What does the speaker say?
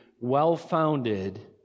well-founded